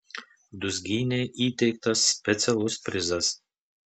dūzgynei įteiktas specialus prizas